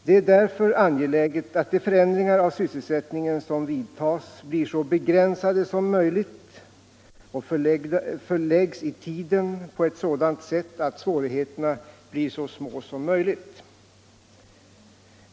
Det är därför angeläget att de förändringar av sysselsättningen som vidtas blir så begränsade som möjligt och förläggs i tiden på ett sådant sätt att svårigheterna blir så små som möjligt.